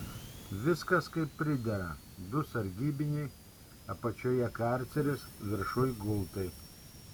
viskas kaip pridera du sargybiniai apačioje karceris viršuj gultai